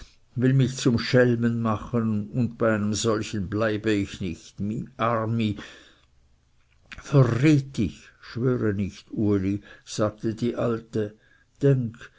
will mich zum schelmen machen und bei einem solchen bleibe ich nicht my armi verred dich nicht uli sagte die alte denk